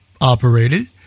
operated